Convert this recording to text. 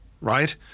right